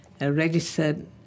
registered